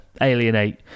alienate